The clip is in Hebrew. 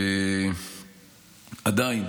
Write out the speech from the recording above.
ועדיין